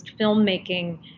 filmmaking